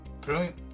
brilliant